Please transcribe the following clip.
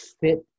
fit